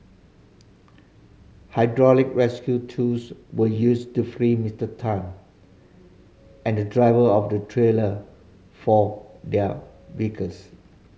hydraulic rescue tools were used to free Mister Tan and the driver of the trailer from their vehicles